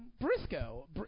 Briscoe